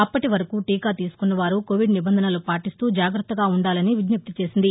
అప్పటి వరకు టీకా తీసుకున్నవారు కోవిడ్ నిబంధనలు పాటిస్తూ జాగ్రత్తగా ఉండాలని విజ్ఞప్తి చేసింది